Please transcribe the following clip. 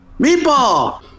Meatball